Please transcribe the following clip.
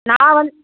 நான் வந்